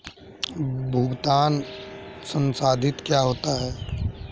भुगतान संसाधित क्या होता है?